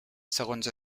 segons